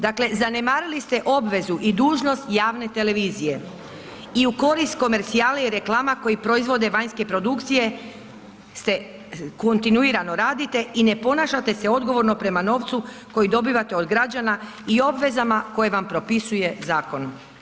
Dakle, zanemarili ste obvezu i dužnost javne televizije i u korist komercijale i reklama koji proizvode vanjske produkcije ste, kontinuirano radite i ne ponašate se odgovorno prema novcu koji dobivate od građana i obvezama koje vam propisuje zakon.